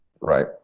Right